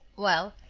well,